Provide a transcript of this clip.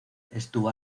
estuvo